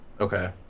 Okay